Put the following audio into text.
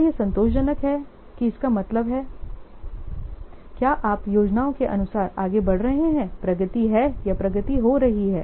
क्या यह संतोषजनक है कि इसका मतलब है क्या आप योजनाओं के अनुसार आगे बढ़ रहे हैं प्रगति हैया प्रगति हो रही है